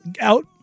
out